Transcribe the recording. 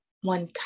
one